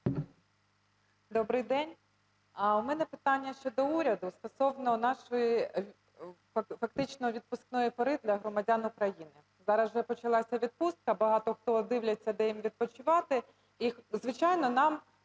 Добрий день. У мене питання щодо уряду стосовно нашої фактично відпускної пори для громадян України. Зараз вже почалася відпустка, багато хто дивляться, де їм відпочивати. І, звичайно, нам